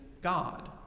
God